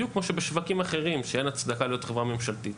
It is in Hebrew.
בדיוק כמו שבשווקים אחרים שאין הצדקה להיות חברה ממשלתית,